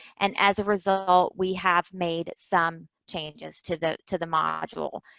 and as a result, we have made some changes to the, to the module.